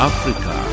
Africa